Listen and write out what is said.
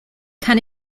kann